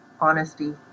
honesty